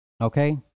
Okay